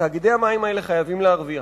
תאגידי המים האלה חייבים להרוויח.